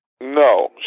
No